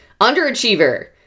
Underachiever